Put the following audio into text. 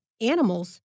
animals